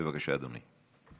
בבקשה, אדוני.